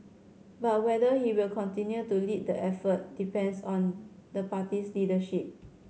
but whether he will continue to lead the effort depends on the party's leadership